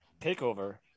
TakeOver